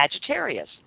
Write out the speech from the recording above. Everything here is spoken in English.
Sagittarius